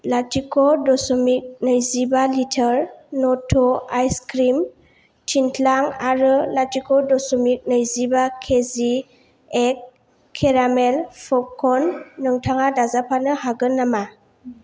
लाथिख' दश'मिक नैजिबा लिटार ल'थ' आइसक्रिम थिनथ्लां आरो लाथिख' दश'मिक नैजिबा किजि एग केरामेल फपकन नोंथाङा दाजाबनानै हागोन नामा